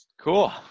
Cool